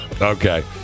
Okay